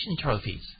trophies